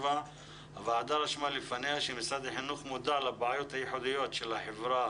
הוועדה רשמה לפניה שמשרד החינוך מודע לבעיות הייחודיות של החברה